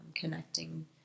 connecting